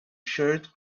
shirt